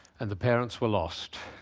and the parents were lost.